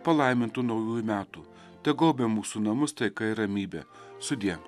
palaimintų naujųjų metų tegaubia mūsų namus taika ir ramybė sudie